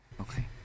Okay